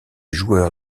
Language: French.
joueur